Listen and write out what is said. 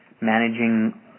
managing